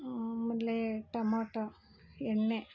ಆಮೇಲೆ ಟೊಮಟೊ ಎಣ್ಣೆ